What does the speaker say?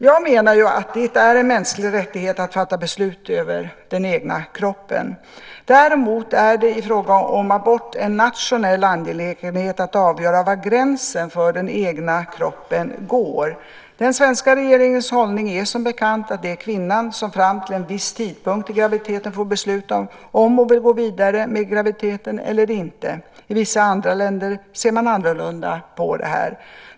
Jag menar ju att det är en mänskligt rättighet att fatta beslut över den egna kroppen. Däremot är det i fråga om abort en nationell angelägenhet att avgöra var gränsen för den egna kroppen går. Den svenska regeringens hållning är som bekant att det är kvinnan som fram till en viss tidpunkt i graviditeten får besluta om hon vill gå vidare med graviditeten eller inte. I vissa andra länder ser man annorlunda på det.